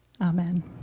Amen